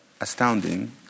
astounding